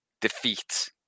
defeat